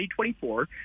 2024